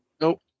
nope